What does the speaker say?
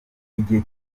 igihe